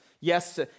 Yes